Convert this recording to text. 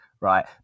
Right